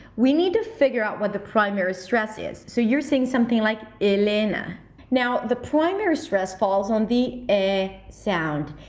we need to figure out what the primary stress is, so you're saying something like elena now the primary stress falls on the e sound.